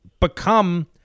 become